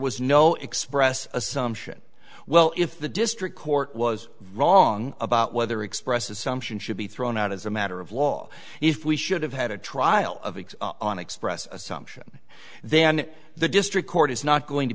was no express assumption well if the district court was wrong about whether express assumption should be thrown out as a matter of law if we should have had a trial of x on express assumption then the district court is not going to